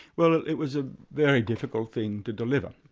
well it was a very difficult thing to deliver,